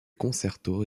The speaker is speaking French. concertos